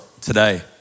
today